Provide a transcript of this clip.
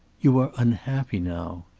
you are unhappy now.